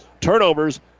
Turnovers